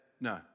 No